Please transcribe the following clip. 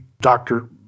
Doctor